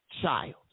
child